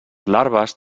larves